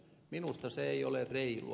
minusta se ei ole reilua